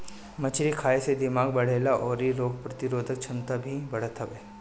मछरी खाए से दिमाग बढ़ेला अउरी रोग प्रतिरोधक छमता भी बढ़त हवे